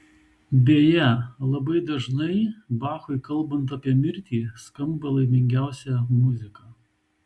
beje labai dažnai bachui kalbant apie mirtį skamba laimingiausia muzika